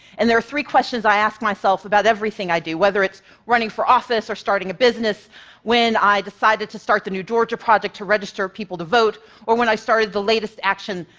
and there are three questions i ask myself about everything i do, whether it's running for office or starting a business when i decided to start the new georgia project to register people to vote or when i started the latest action,